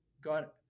God